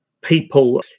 people